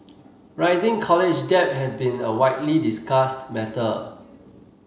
rising college debt has been a widely discussed matter